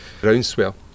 groundswell